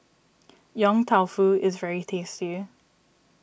Yong Tau Foo is very tasty